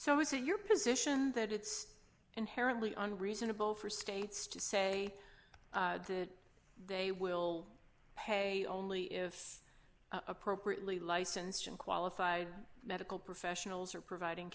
so it's your position that it's inherently on reasonable for states to say they will pay only if appropriately licensed and qualified medical professionals are providing